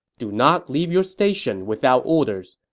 do not leave your station without orders.